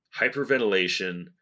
Hyperventilation